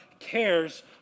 cares